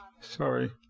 Sorry